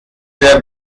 der